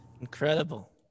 incredible